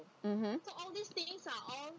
mmhmm